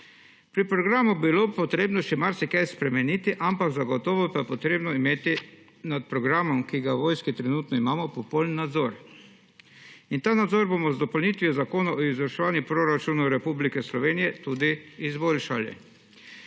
Pri programu bi bilo potrebno še marsikaj spremeniti, zagotovo pa je potrebno imeti nad programom, ki ga v vojski trenutno imamo, popoln nadzor. Ta nadzor bomo z dopolnitvijo Zakona o izvrševanju proračunov Republike Slovenije tudi izboljšali.